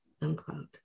unquote